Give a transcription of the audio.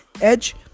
edge